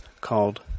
called